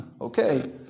Okay